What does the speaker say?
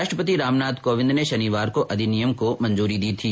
राष्ट्रपति रामनाथ कोविंद ने शनिवार को अधिनियम को मंजूर दी थी